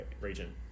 region